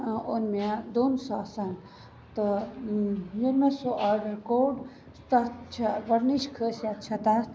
اوٚن مےٚ دۄن ساسن تہٕ ییٚلہِ مےٚ سُہ آرڈر کوٚڑ تَتھ چھِ گۄڈنِچ خٲصیت چھےٚ تَتھ